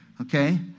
Okay